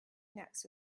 next